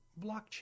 blockchain